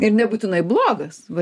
ir nebūtinai blogas va